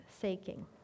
seeking